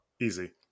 Easy